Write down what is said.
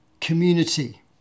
community